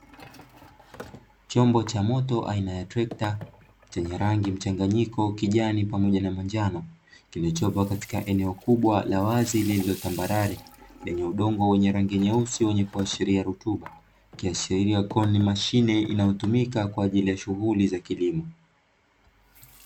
Chombo cha moto aina trekta chenye rangi mchanganyiko kijani pamoja na manjano, kilichopo katika eneo kubwa la wazi lililokuwa tambarare, lenye udongo wenye rangi nyeusi wenye kuashishiria rutuba. Ikiashiria kuwa ni mashine inayotumika kwa ajili ya shughuli za kilimo.